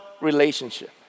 relationship